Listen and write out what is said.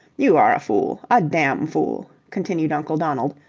you are a fool. a damn fool, continued uncle donald,